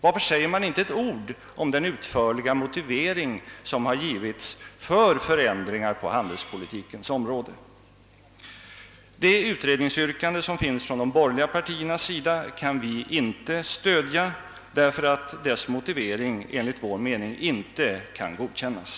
Varför säger man inte ett ord om den utförliga motivering som givits för förändringar på handelspolitikens område? Det utredningsyrkande som finns från de borgerliga partiernas sida kan vi inte stödja, därför att dess motivering enligt vår mening inte kan godkännas.